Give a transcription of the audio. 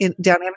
Down